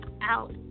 out